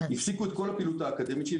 הפסיקו את כל הפעילות האקדמית שלי,